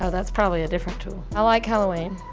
ah that's probably a different tool. i like halloween,